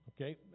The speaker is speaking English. Okay